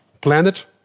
Planet